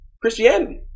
Christianity